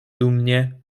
dumnie